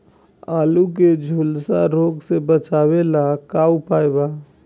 आलू के झुलसा रोग से बचाव ला का उपाय बा?